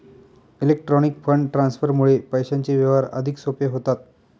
electronic fund ट्रान्सफरमुळे पैशांचे व्यवहार अधिक सोपे होतात